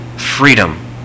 Freedom